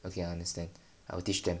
okay I understand I will teach them